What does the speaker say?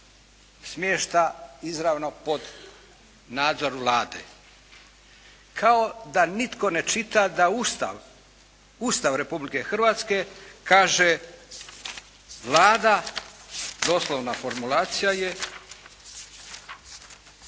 smješta izravno pod nadzor Vlade kao da nitko ne čita da Ustav, Ustav Republike Hrvatske kaže, Vlada doslovna formulacija je: